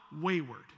Wayward